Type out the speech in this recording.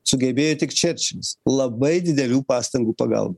sugebėjo tik čerčilis labai didelių pastangų pagalba